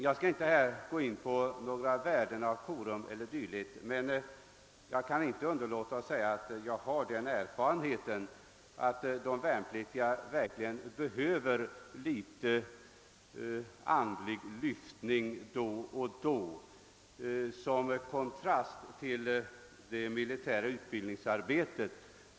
Jag skall inte här gå in på frågan om värdet av korum, men jag kan inte underlåta att säga att jag har den erfarenheten, att de värnpliktiga verkligen behöver litet andlig lyftning då och då som kontrast mot det militära utbildningsarbetet.